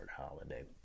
holiday